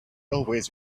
always